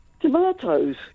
Tomatoes